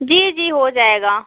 जी जी हो जाएगा